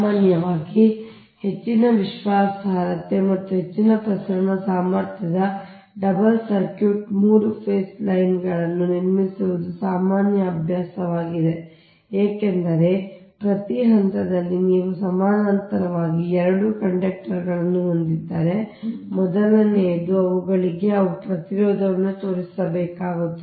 ಸಾಮಾನ್ಯವಾಗಿ ಹೆಚ್ಚಿನ ವಿಶ್ವಾಸಾರ್ಹತೆ ಮತ್ತು ಹೆಚ್ಚಿನ ಪ್ರಸರಣ ಸಾಮರ್ಥ್ಯದ ಡಬಲ್ ಸರ್ಕ್ಯೂಟ್ 3 ಫೇಸ್ ಲೈನ್ ಗಳನ್ನು ನಿರ್ಮಿಸುವುದು ಸಾಮಾನ್ಯ ಅಭ್ಯಾಸವಾಗಿದೆ ಏಕೆಂದರೆ ಪ್ರತಿ ಹಂತದಲ್ಲಿ ನೀವು ಸಮಾನಾಂತರವಾಗಿ 2 ಕಂಡಕ್ಟರ್ಗಳನ್ನು ಹೊಂದಿದ್ದರೆ ಮೊದಲನೆಯದು ಅವುಗಳಿಗೆ ಅವು ಪ್ರತಿರೋಧವನ್ನು ತೋರಿಸಬೇಕಾಗುತ್ತದೆ